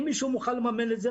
אם מישהו מוכן לממן את זה,